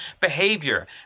behavior